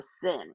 sin